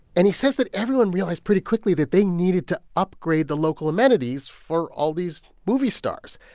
and he says that everyone realised pretty quickly that they needed to upgrade the local amenities for all these movie stars.